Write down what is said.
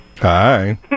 Hi